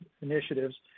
initiatives